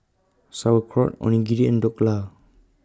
Sauerkraut Onigiri and Dhokla